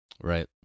Right